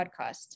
podcast